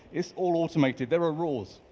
it's all automated. there are rules.